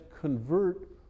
convert